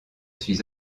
suis